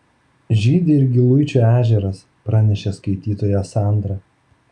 žydi ir giluičio ežeras pranešė skaitytoja sandra